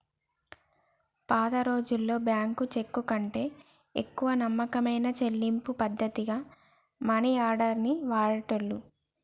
పాతరోజుల్లో బ్యేంకు చెక్కుకంటే ఎక్కువ నమ్మకమైన చెల్లింపు పద్ధతిగా మనియార్డర్ ని వాడేటోళ్ళు